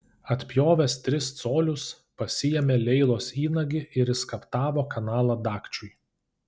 atpjovęs tris colius pasiėmė leilos įnagį ir išskaptavo kanalą dagčiui